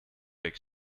big